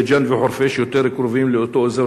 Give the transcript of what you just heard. בית-ג'ן וחורפיש יותר קרובים לאותו אזור